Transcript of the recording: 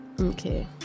Okay